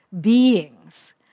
beings